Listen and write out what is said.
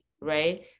right